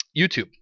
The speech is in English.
YouTube